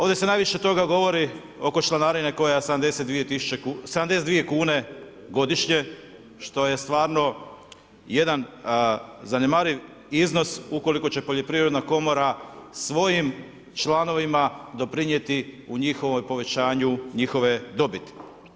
Ovdje se najviše toga govori oko članarine koja je 72 kune godišnje što je stvarno jedan zanemariv iznos ukoliko će poljoprivredna komora svojim članovima doprinijeti u povećanju njihove dobiti.